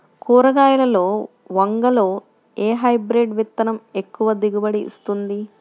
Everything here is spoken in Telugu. కూరగాయలలో వంగలో ఏ హైబ్రిడ్ విత్తనం ఎక్కువ దిగుబడిని ఇస్తుంది?